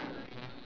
well